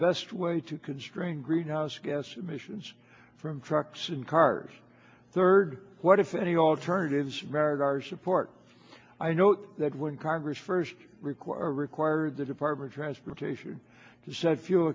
best way to constrain greenhouse gas emissions from trucks and cars third what if any alternatives merit our support i note that when congress first require require the department transportation to set fuel